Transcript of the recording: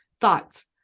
thoughts